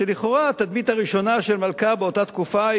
כשלכאורה התדמית הראשונה של מלכה באותה תקופה,